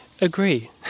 agree